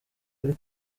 kuri